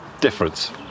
difference